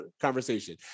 conversation